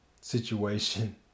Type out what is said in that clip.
situation